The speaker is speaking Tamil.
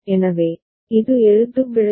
எனவே இது எழுத்துப்பிழை பிழை